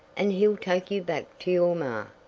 and he'll take you back to your maw.